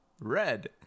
Red